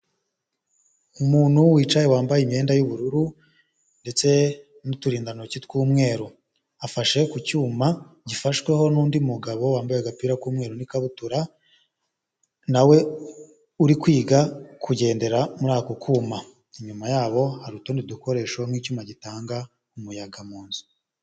Umuntu wicaye wambaye imyenda y'ubururu ndetse n'uturindantoki tw'umweru, afashe ku cyuma gifashweho n'undi mugabo wambaye agapira k'umweru n'ikabutura na we uri kwiga kugendera muri ako kuma, inyuma yabo hari utundi dukoresho nk'icyuma gitanga umuyaga mu nzu.